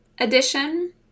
addition